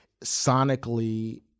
sonically